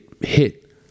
hit